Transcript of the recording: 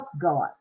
God